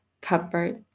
comfort